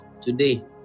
today